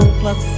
plus